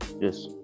Yes